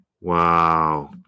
Wow